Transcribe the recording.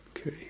okay